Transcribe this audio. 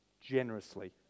generously